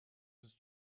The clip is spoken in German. ist